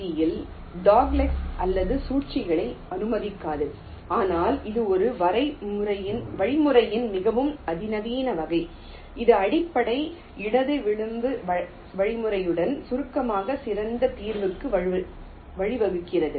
G யில் டாக்லெக்ஸ் அல்லது சுழற்சிகளை அனுமதிக்காது ஆனால் இது ஒரு வழிமுறையின் மிகவும் அதிநவீன வகை இது அடிப்படை இடது விளிம்பு வழிமுறையுடன் சுருக்கமாக சிறந்த தீர்வுக்கு வழிவகுக்கிறது